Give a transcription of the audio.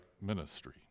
ministry